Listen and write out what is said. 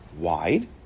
wide